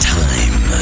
time